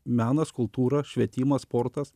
menas kultūra švietimas sportas